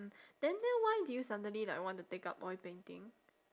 then then why did you suddenly like want to take up oil painting